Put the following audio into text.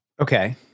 Okay